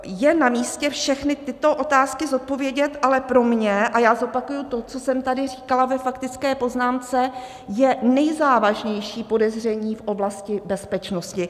Je namístě všechny tyto otázky zodpovědět, ale pro mě, a já zopakuji to, co jsem tady říkala ve faktické poznámce, je nejzávažnější podezření v oblasti bezpečnosti.